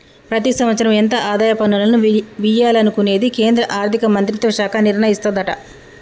ప్రతి సంవత్సరం ఎంత ఆదాయ పన్నులను వియ్యాలనుకునేది కేంద్రా ఆర్థిక మంత్రిత్వ శాఖ నిర్ణయిస్తదట